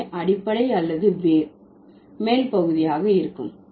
எனவே அடிப்படை அல்லது வேர் மேல் பகுதியாக இருக்கும்